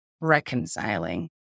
reconciling